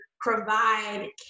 provide